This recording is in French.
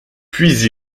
puis